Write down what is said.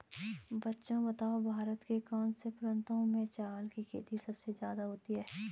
बच्चों बताओ भारत के कौन से प्रांतों में चावल की खेती सबसे ज्यादा होती है?